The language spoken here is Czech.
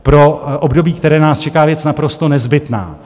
Pro období, které nás čeká, věc naprosto nezbytná.